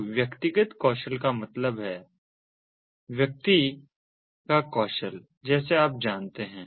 तो व्यक्तिगत कौशल का मतलब है व्यक्ति का कौशल जैसे आप जानते हैं